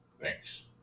Thanks